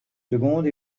secondes